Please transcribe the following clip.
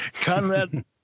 Conrad